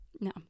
No